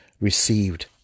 received